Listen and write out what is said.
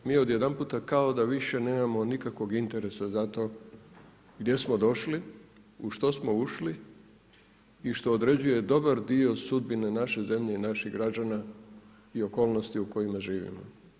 Mi odjedanputa kao da više nemamo nikakvog interesa za to gdje smo došli, u što smo ušli i što određuje dobar dio sudbine naše zemlje i naših građana i okolnosti u kojima živimo.